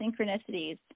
synchronicities